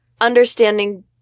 understanding